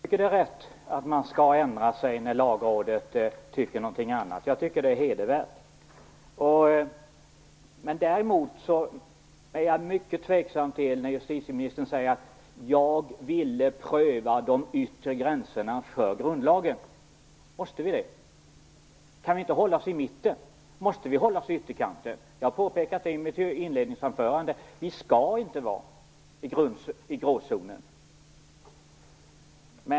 Herr talman! Jag tycker att det är rätt att man ändrar sig när Lagrådet tycker någonting annat. Det är hedervärt. Däremot är jag mycket tveksam när justitieministern säger att hon ville pröva de yttre gränserna för grundlagen. Måste vi det? Kan vi inte hålla oss i mitten? Måste vi hålla oss i ytterkanten? Jag har i mitt inledningsanförande påpekat att vi inte skall hålla oss i gråzonen.